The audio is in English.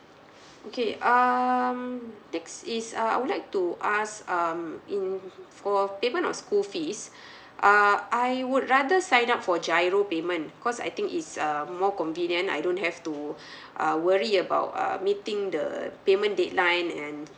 okay um next is uh I would like to ask um in for payment of school fees err I would rather sign up for GIRO payment because I think is um more convenient I don't have to uh worry about uh meeting the payment deadline and